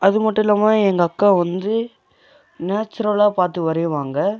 அது மட்டு இல்லாமல் எங்கள் அக்கா வந்து நேட்ச்சுரல்லாக பார்த்து வரைவாங்க